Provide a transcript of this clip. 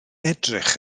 edrych